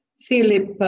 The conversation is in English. Philip